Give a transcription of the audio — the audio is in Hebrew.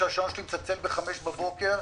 כשהשעון שלי מצלצל ב-05:00 בבוקר,